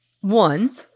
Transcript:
One